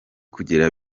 kugira